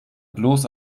bloß